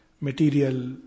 Material